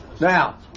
Now